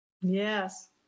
yes